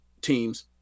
teams